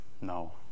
No